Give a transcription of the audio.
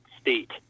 state